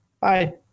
Bye